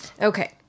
Okay